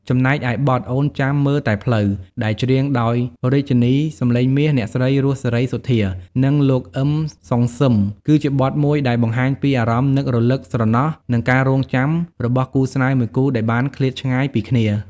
ចំណែកឯបទ អូនចាំមើលតែផ្លូវ ដែលច្រៀងដោយរាជិនីសំឡេងមាស អ្នកស្រី រស់ សេរីសុទ្ធា និងលោក អ៊ឹម សុងសឺម គឺជាបទមួយដែលបង្ហាញពីអារម្មណ៍នឹករលឹក ស្រណោះ និងការរង់ចាំរបស់គូស្នេហ៍មួយគូដែលបានឃ្លាតឆ្ងាយពីគ្នា។